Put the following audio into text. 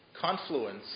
confluence